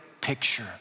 picture